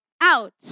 out